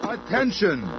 Attention